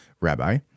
rabbi